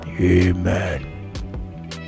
Amen